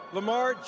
Lamar